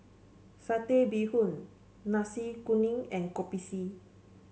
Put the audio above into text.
Satay Bee Hoon Nasi Kuning and Kopi C